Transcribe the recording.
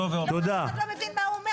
אף אחד לא מבין מה הוא אומר.